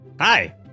Hi